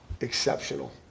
exceptional